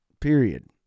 period